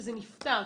שזה נפתר,